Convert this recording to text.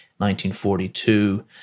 1942